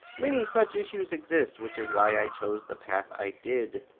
many such issues exist, which is why i chose the path i did.